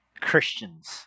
Christians